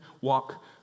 walk